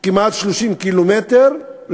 30 קילומטר כמעט,